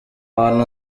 bantu